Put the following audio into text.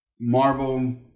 Marvel